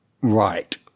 right